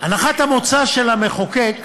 הנחת המוצא של המחוקק